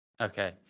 Okay